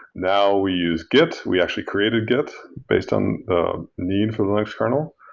now, we use git. we actually create a git based on the need for the linux kernel.